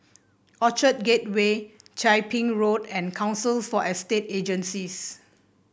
Orchard Gateway Chia Ping Road and Council for Estate Agencies